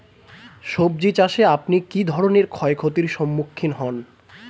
সবজী চাষে আপনি কী ধরনের ক্ষয়ক্ষতির সম্মুক্ষীণ হন?